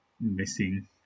missing